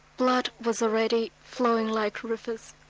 blood was already flowing like rivers.